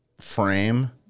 frame